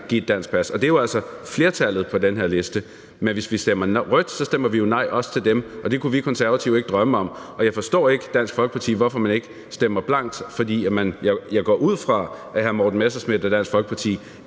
give et dansk pas. Og det er jo altså flertallet på den her liste. Men hvis vi stemmer rødt, stemmer vi jo også nej til dem, og det kunne vi Konservative ikke drømme om. Jeg forstår ikke, hvorfor Dansk Folkeparti ikke stemmer blankt, for jeg går ud fra, at hr. Morten Messerschmidt og Dansk Folkeparti